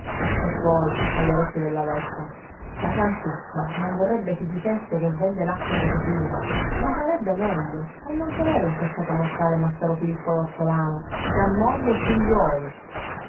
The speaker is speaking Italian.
e poi all'orecchio della vespa la santuzza non vorrebbe si dicesse che vende l'acqua per vino ma farebbe meglio a non tenere in peccato mortale massaro filippo l'ortolano che ha moglie e figliuoli